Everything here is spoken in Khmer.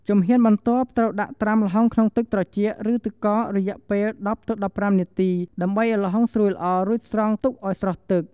ជំហានបន្ទាប់ត្រូវដាក់ត្រាំល្ហុងក្នុងទឹកត្រជាក់ ឬទឹកកករយៈពេល ១០-១៥ នាទី ដើម្បីឲ្យល្ហុងស្រួយល្អ រួចស្រង់ទុកឲ្យស្រស់ទឹក។